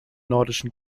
nordischen